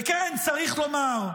וכן צריך לומר,